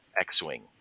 X-wing